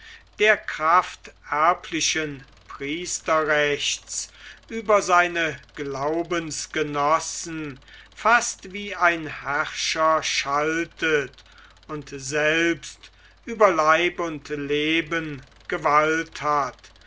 der kraft erblichen priesterrechts über seine glaubensgenossen fast wie ein herrscher schaltet und selbst über leib und leben gewalt hat